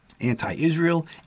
anti-Israel